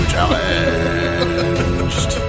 Challenged